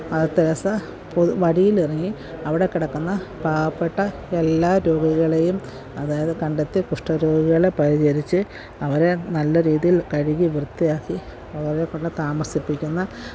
Mother Teresa പൊതു വഴിയിൽ ഇറങ്ങി അവിടെ കിടക്കുന്ന പാവപ്പെട്ട എല്ലാ രോഗികളേയും അതായത് കണ്ടെത്തി കുഷ്ഠരോഗികളെ പരിചരിച്ച് അവരെ നല്ല രീതിയില് കഴുകി വൃത്തിയാക്കി അവരേക്കൊണ്ട് താമസിപ്പിക്കുന്ന